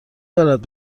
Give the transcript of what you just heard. دارد